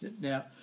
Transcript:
Now